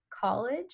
college